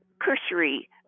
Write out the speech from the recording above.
cursory